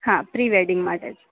હા pre wedding માટે જ